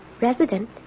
Resident